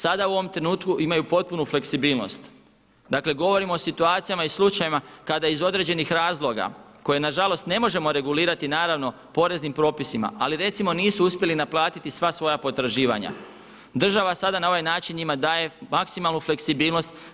Sada u ovom trenutku imaju potpunu fleksibilnost, dakle govorimo o situacijama i slučajevima kada iz određenih razloga koje nažalost ne možemo regulirati naravno poreznim propisima ali recimo nisu uspjeli naplatiti sva svoja potraživanja država sada na ovaj način njima daje maksimalnu fleksibilnost.